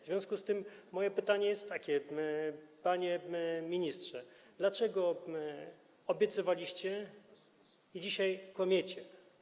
W związku z tym moje pytanie jest takie: Panie ministrze, dlaczego obiecywaliście, a dzisiaj kłamiecie?